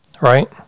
right